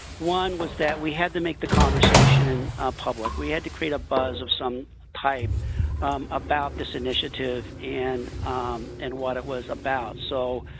one was that we had to make the conversation public. we had to create a buzz of some type about this initiative, and and what it was about. so,